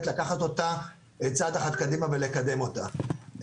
לקחת אותה צעד אחד קדימה ולקדם אותה.